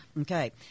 Okay